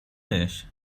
بهش